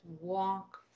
walk